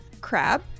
Crab